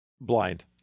Blind